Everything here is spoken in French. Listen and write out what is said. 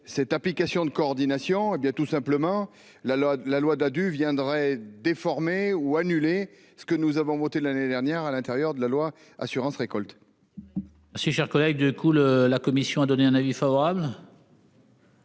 Cette application de coordination. Eh bien tout simplement la la la loi Dadu viendrait déformées ou annuler. Ce que nous avons voté l'année dernière à l'intérieur de la loi assurance-récolte.-- Si cher collègue de cool. La commission a donné un avis favorable.